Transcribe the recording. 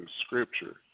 scripture